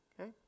Okay